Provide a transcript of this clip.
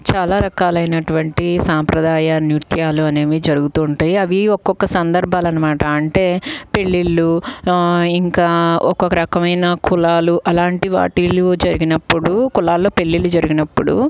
చాలా రకాలైనటువంటి సాంప్రదాయ నృత్యాలనేవి జరుగుతూ ఉంటాయ్ అవి ఒక్కొక్క సంధర్బాలనమాట అంటే పెళ్ళిళ్ళు ఇంకా ఒక్కొక్క రకమైన కులాలు అలాంటి వాటిలు జరిగినప్పుడు కులాల్లో పెళ్ళిళ్ళు జరిగినప్పుడు